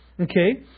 Okay